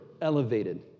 elevated